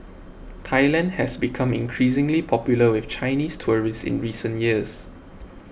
Thailand has become increasingly popular with Chinese tourists in recent years